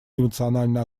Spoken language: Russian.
эмоционально